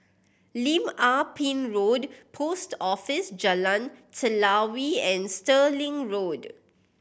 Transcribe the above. Lim Ah Pin Road Post Office Jalan Telawi and Stirling Road